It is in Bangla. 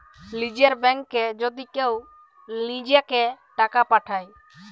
লীযের ব্যাংকে যদি কেউ লিজেঁকে টাকা পাঠায়